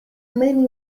many